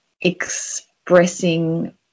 expressing